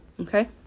Okay